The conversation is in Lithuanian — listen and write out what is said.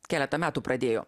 keletą metų pradėjo